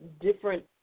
different